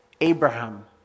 Abraham